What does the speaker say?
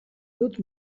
dut